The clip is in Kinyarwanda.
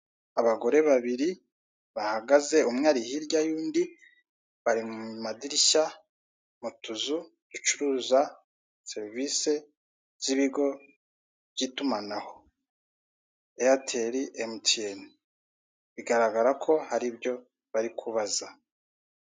Abagore babiri bahagaze umwe ari hirya y'undi, bari mu madirishya mu tuzu ducuruza serivise z'ibigo by'itumanaho, eyateri, emutiyeni. Bigaragara ko hari ibyo bari kubaza.